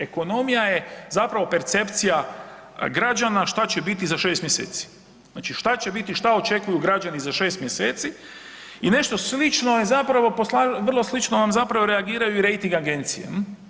Ekonomija je zapravo percepcija rađana šta će biti za 6 mjeseci, znači šta će biti, šta očekuju građani za 6 mjeseci i nešto slično je zapravo vrlo slično vam zapravo reagiraju i rejting agencije.